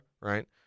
right